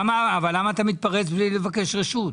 אבל למה אתה מתפרץ בלי לבקש רשות?